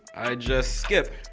i just skip,